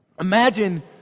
Imagine